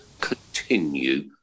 continue